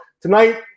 tonight